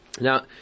Now